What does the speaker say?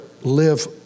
live